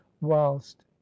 whilst